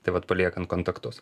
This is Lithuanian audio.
tai vat paliekant kontaktus